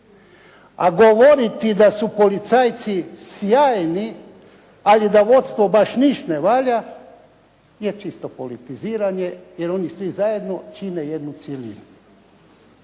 A govoriti da su policajci da su sjajni, a da vodstvo baš niš ne valja je čisto politiziranje, jer oni svi zajedno čine jednu cjelinu.